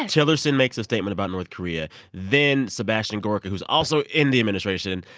tillerson makes a statement about north korea then sebastian gorka, who's also in the administration,